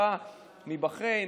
אתה מבחריין,